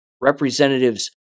Representatives